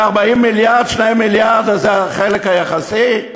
מ-40 מיליארד 2 מיליארד זה החלק היחסי?